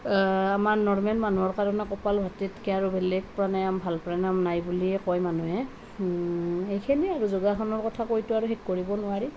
আমাৰ নৰ্মেল মানুহৰ কাৰণে কপাল ভাতিতকে আৰু মানে ভাল প্ৰাণায়াম নাই বুলিয়েই কয় মানুহে সেইখিনিয়েই আৰু যোগাসনৰ কথাতো আৰু কৈ শেষ কৰিব নোৱাৰি